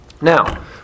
Now